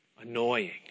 annoying